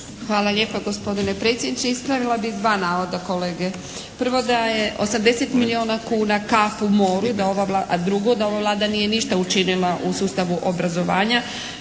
Hvala lijepa gospodine predsjedniče. Ispravila bih dva navoda kolege. Prvo da je 80 milijuna kuna kap u moru i da ova, a drugo da ova Vlada nije ništa učinila u sustavu obrazovanja.